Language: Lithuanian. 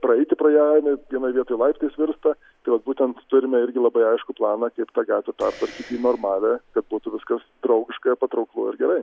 praeiti pro ją jinai vienoj vietoj laiptais virsta tai vat būtent turime irgi labai aiškų planą kaip tą gatvę pertvarkyti į normalią kad būtų viskas draugiška ir patrauklu ir gerai